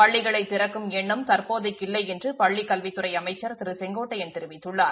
பள்ளிகளை திறக்கும் எண்ணம் தற்போதைக்கு இல்லை என்று பள்ளிக் கல்வித்துறை அமைச்சா் திரு கே ஏ செங்கோட்டையன் தெரிவித்துள்ளார்